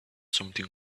something